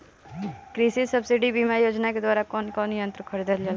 कृषि सब्सिडी बीमा योजना के द्वारा कौन कौन यंत्र खरीदल जाला?